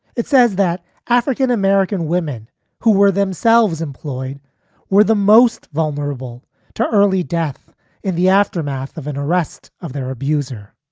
it says that african-american women who were themselves employed were the most vulnerable to early death in the aftermath of an arrest of their abuser.